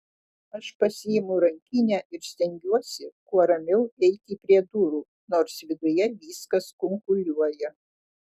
aš pasiimu rankinę ir stengiuosi kuo ramiau eiti prie durų nors viduje viskas kunkuliuoja